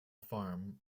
farm